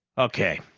okay,